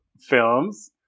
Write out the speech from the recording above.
films